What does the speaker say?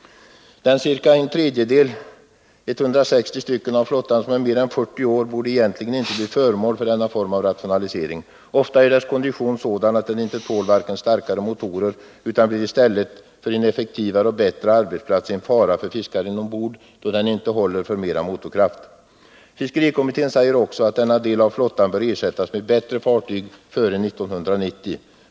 Den ca en tredjedel, 160 båtar, som är mer än 40 år borde egentligen inte bli föremål för denna form av rationalisering. Ofta är konditionen sådan att båten inte tål starkare motorer, utan blir i stället för en effektivare och bättre 81 arbetsplats en fara för fiskaren ombord, då den inte håller för mera motorkraft. Fiskerikommittén säger också att denna del av flottan bör ersättas av bättre fartyg före 1990.